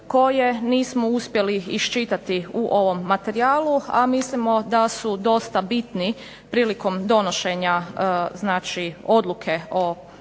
koja nismo uspjeli iščitati u ovom materijalu, a mislimo da su dosta bitni prilikom donošenja odluke o podršci